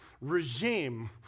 regime